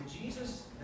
Jesus